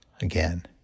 again